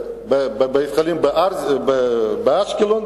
בבית-חולים באשקלון,